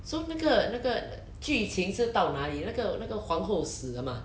so 那个那个剧情是到哪里那个那个皇后死了吗